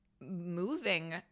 moving